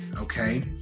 okay